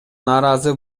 нааразы